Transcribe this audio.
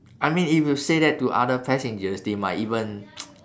I mean if you say that to other passengers they might even